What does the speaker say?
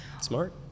Smart